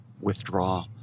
withdraw